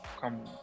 come